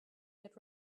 yet